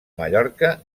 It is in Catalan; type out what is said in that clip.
mallorca